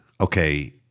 okay